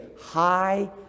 high